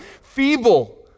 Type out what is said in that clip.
feeble